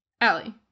Allie